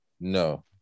No